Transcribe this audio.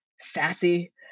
sassy